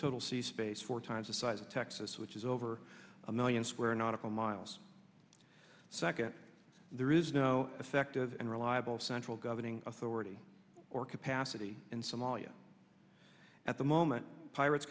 total sea space four times the size of texas which is over a million square nautical miles secondly there is no effective and reliable central governing authority or capacity in somalia at the moment pirates